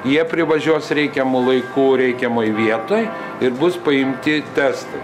jie privažiuos reikiamu laiku reikiamoj vietoj ir bus paimti testai